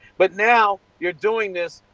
but now you are doing this,